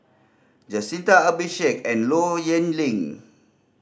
Jacintha and Low Yen Ling